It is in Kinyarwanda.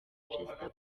perezida